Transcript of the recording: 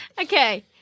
Okay